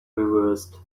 reversed